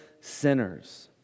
sinners